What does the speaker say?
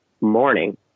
morning